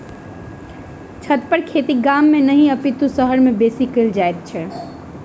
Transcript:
छतपर खेती गाम मे नहि अपितु शहर मे बेसी कयल जाइत छै